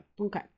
okay